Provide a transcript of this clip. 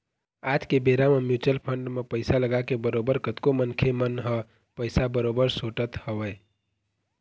आज के बेरा म म्युचुअल फंड म पइसा लगाके बरोबर कतको मनखे मन ह पइसा बरोबर सोटत हवय